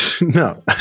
No